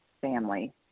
family